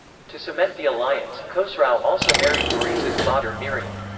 to cement the alliance, khosrau also married maurice's daughter miriam.